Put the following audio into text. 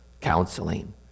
counseling